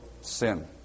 sin